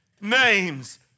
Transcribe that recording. names